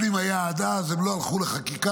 שהיו למשרד הפנים עד אז, הם לא הלכו לחקיקה,